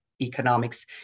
Economics